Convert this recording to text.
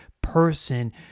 person